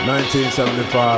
1975